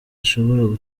zishobora